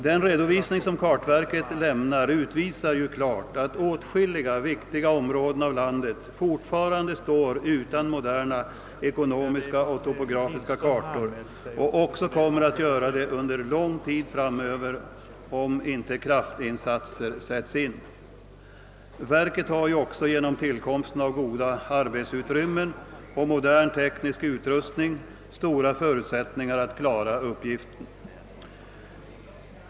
Den redovisning som kartverket lämnat utvisar klart att åtskilliga viktiga områden av landet fortfarande står utan moderna ekonomiska och topografiska kartor och också kommer att göra det under lång tid framöver om inte kraftinsatser görs. Verket har också genom tillkomsten av goda arbetsutrymmen och modern teknisk utrustning stora förutsättningar att klara uppgiften.